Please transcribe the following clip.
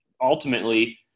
ultimately